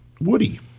Woody